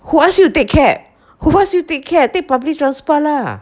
who ask you to take cab who ask you take cab take public transport lah